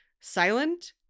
silent